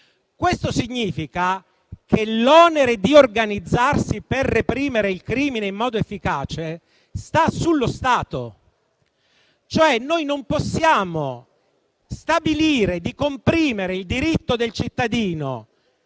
Questo significa che l'onere di organizzarsi per reprimere il crimine in modo efficace è dello Stato. Noi non possiamo stabilire di comprimere il diritto del cittadino